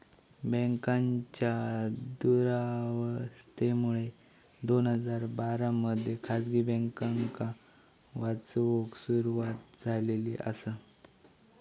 बँकांच्या दुरावस्थेमुळे दोन हजार बारा मध्ये खासगी बँकांका वाचवूक सुरवात झालेली आसा